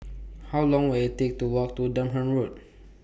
How Long Will IT Take to Walk to Durham Road